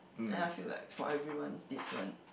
and I feel like is for everyone it's different